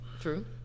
True